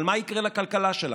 אבל מה יקרה לכלכלה שלנו?